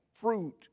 Fruit